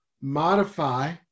modify